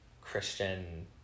Christian